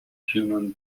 human